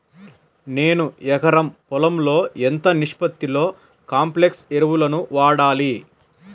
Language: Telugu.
నేను ఎకరం పొలంలో ఎంత నిష్పత్తిలో కాంప్లెక్స్ ఎరువులను వాడాలి?